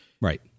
Right